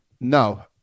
No